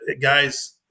guys